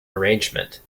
arrangement